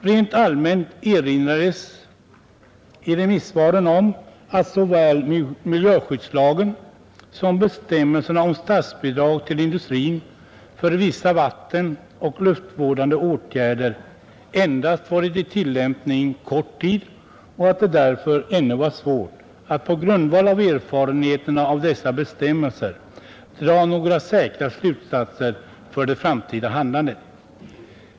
Rent allmänt erinrades i remissvaren om att såväl miljöskyddslagen som bestämmelserna om statsbidrag till industrin för vissa vattenoch luftvårdande åtgärder endast varit i tillämpning kort tid och att det därför ännu var svårt att på grundval av erfarenheterna av dessa bestämmelser dra några säkra slutsatser för det framtida handlandet.